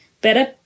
better